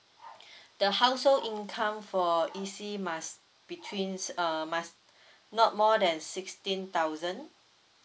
the household income for easy must betweens err must not more than sixteen thousand